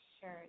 sure